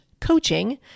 coaching